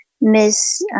Miss